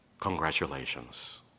congratulations